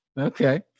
okay